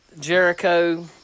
Jericho